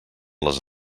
les